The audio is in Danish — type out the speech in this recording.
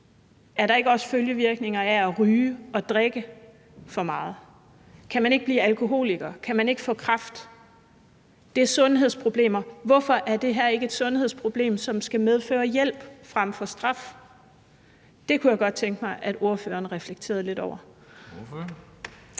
Er der ikke også følgevirkninger af at ryge og drikke for meget? Kan man ikke blive alkoholiker? Kan man ikke få kræft? Det er sundhedsproblemer. Hvorfor er det her ikke er et sundhedsproblem, som skal medføre hjælp frem for straf? Det kunne jeg godt tænke mig at ordføreren reflekterede lidt over.